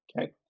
okay